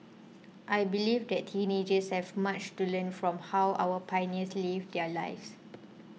I believe that teenagers have much to learn from how our pioneers lived their lives